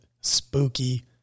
spooky